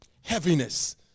Heaviness